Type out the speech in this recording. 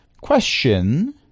question